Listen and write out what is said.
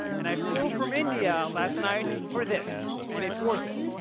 and i flew from india last night for this, and it's worth it.